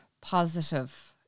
positive